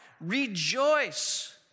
rejoice